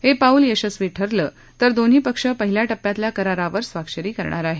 हे पाऊल यशस्वी ठरलं तर दोन्ही पक्ष पहिल्या टप्प्यातल्या करारावर स्वाक्षरी करणार आहेत